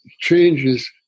changes